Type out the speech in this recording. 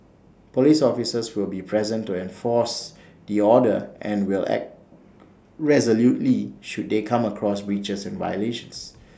Police officers will be present to enforce the order and will act resolutely should they come across breaches and violations